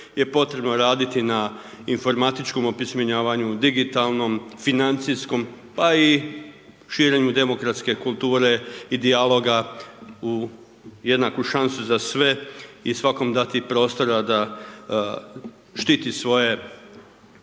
je potrebno raditi na informatičkom opismenjavanju, digitalnom, financijskom, pa i širenju demokratske kulture i dijaloga u jednaku šansu za sve i svakom dati prostora da štiti svoje